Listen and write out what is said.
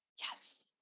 Yes